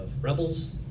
rebels